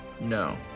no